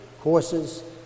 courses